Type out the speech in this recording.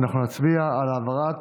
ואנחנו נצביע על העברת